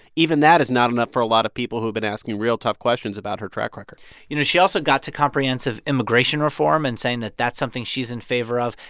even that is not enough for a lot of people who have been asking real tough questions about her track record you know, she also got to comprehensive immigration reform and saying that that's something she's in favor of,